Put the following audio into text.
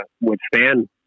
withstand